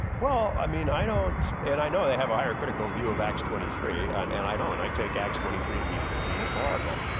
well, i mean i don't and i know they have a higher critical view of acts twenty three and and i don't. and i take acts twenty three to be free free historical.